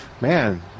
man